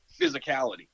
physicality